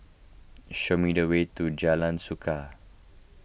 show me the way to Jalan Suka